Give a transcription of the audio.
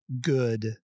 good